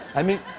i mean,